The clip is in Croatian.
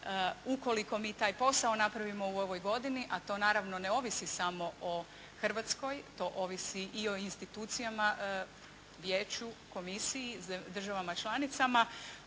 ukoliko mi taj posao napravimo u ovoj godini, a to naravno ne ovisi samo o Hrvatskoj. To ovisi i o institucijama, vijeću, komisiji, državama članicama.